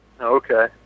Okay